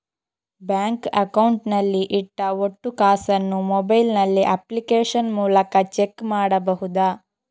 Bank account ನಲ್ಲಿ ಇಟ್ಟ ಒಟ್ಟು ಕಾಸನ್ನು ಮೊಬೈಲ್ ನಲ್ಲಿ ಅಪ್ಲಿಕೇಶನ್ ಮೂಲಕ ಚೆಕ್ ಮಾಡಬಹುದಾ?